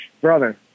Brother